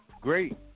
great